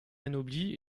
anobli